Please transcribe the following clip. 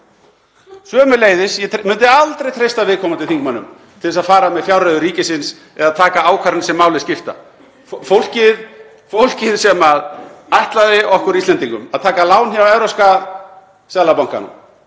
sömuleiðis. Ég myndi aldrei treysta viðkomandi þingmönnum til þess að fara með fjárreiður ríkisins eða taka ákvarðanir sem máli skipta. Fólkið sem ætlaði okkur Íslendingum að taka lán hjá Evrópska seðlabankanum